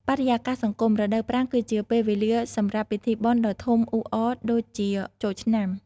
បរិយាកាសសង្គម រដូវប្រាំងគឺជាពេលវេលាសម្រាប់ពិធីបុណ្យដ៏ធំអ៊ូអរដូចជាចូលឆ្នាំ។